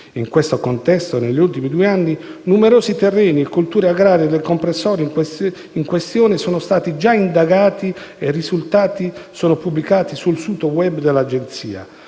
In questo contesto, negli ultimi due anni, numerosi terreni e colture agrarie del comprensorio in questione sono stati già indagati e i risultati sono pubblicati sul sito *web* dell'Agenzia,